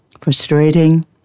frustrating